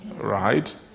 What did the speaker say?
right